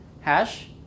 Hash